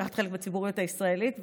לקחת חלק בציבוריות הישראלית.